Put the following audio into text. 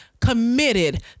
committed